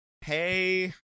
Hey